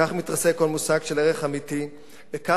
כך מתרסק כל מושג של ערך אמיתי וכך,